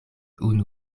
unu